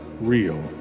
real